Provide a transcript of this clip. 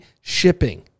shipping